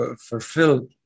fulfill